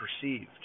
perceived